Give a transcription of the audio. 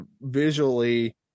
visually